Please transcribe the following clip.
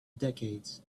decades